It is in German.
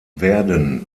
werden